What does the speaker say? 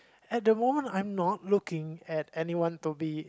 at the moment I'm not looking at anyone to be